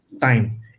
time